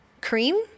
cream